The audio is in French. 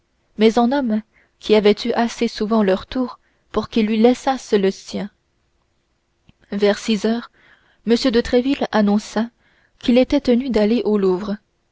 mais en hommes qui avaient eu assez souvent leur tour pour qu'ils lui laissassent le sien vers six heures m de tréville annonça qu'il était tenu d'aller au louvre